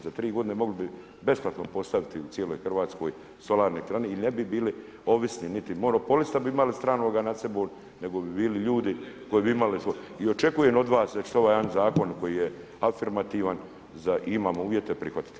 Za tri godine mogli bi besplatno postaviti u cijeloj Hrvatskoj solarne elektrane i ne bi bili ovisni, niti monopola bi imali stranoga nad sebom, nego bi bili ljudi koji bi imali i očekujem od vas da ćete ovaj jedan zakon koji je afirmativan za, imamo uvjete, prihvatiti.